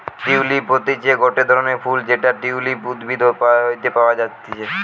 tulip হতিছে গটে ধরণের ফুল যেটা টিউলিপ উদ্ভিদ হইতে পাওয়া যাতিছে